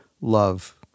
love